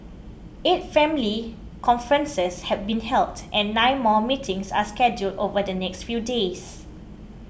eight family conferences have been held and nine more meetings are scheduled over the next few days